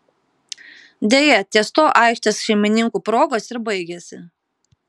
deja ties tuo aikštės šeimininkų progos ir baigėsi